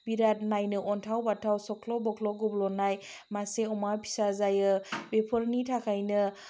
बिराथ नायनो अन्थाव बाथाव सख्ल' बख्ल' गब्ल'नाय मासे अमा फिसा जायो बेफोरनि थाखायनो